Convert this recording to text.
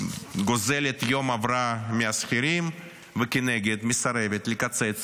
גוזלת יום הבראה מהשכירים, וכנגד מסרבת לקצץ